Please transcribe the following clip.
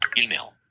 email